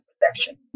protection